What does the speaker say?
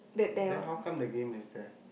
then how come the game is that